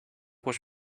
was